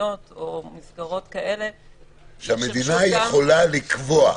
פנימיות או מסגרות כאלה- - שהמדינה יכולה לקבוע.